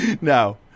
No